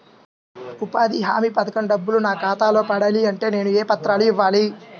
ఉపాధి హామీ పథకం డబ్బులు నా ఖాతాలో పడాలి అంటే నేను ఏ పత్రాలు ఇవ్వాలి?